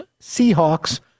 Seahawks